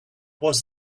was